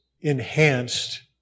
enhanced